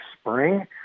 spring